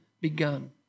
begun